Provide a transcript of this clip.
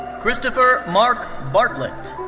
christopher mark bartlett.